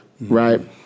right